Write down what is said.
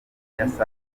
certified